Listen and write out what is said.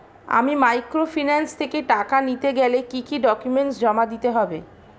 আমি মাইক্রোফিন্যান্স থেকে টাকা নিতে গেলে কি কি ডকুমেন্টস জমা দিতে হবে?